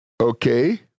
Okay